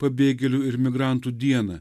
pabėgėlių ir migrantų dieną